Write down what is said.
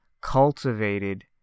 cultivated